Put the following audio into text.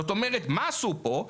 זאת אומרת, מה עשו פה?